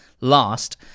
last